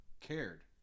cared